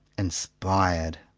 inspired.